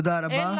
תודה רבה.